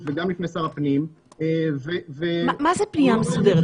וגם בפני שר הפנים --- מה זה פנייה מסודרת?